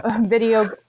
video